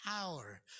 power